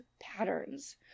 patterns